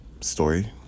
story